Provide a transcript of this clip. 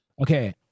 Okay